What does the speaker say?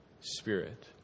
Spirit